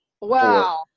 Wow